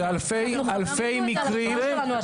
זה אלפי מקרים.